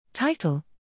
Title